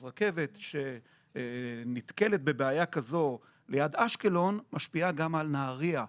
אז רכבת שנתקלת בבעיה כזאת ליד אשקלון משפיעה גם על נהריה.